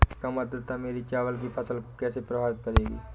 कम आर्द्रता मेरी चावल की फसल को कैसे प्रभावित करेगी?